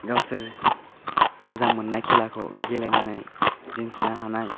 गावसोर मोजां मोननाय खेलाखौ गेलेनानै दिन्थिनो हानाय